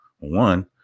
One